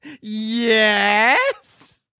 Yes